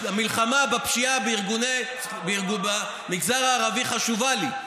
המלחמה בפשיעה במגזר הערבי חשובה לי.